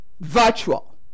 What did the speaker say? virtual